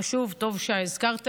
חשוב, טוב שהזכרת לי.